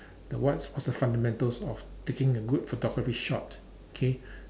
the what's what's the fundamentals of taking a good photography shot okay